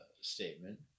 statement